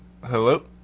Hello